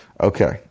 Okay